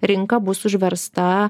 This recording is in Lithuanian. rinka bus užversta